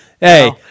Hey